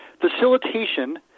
Facilitation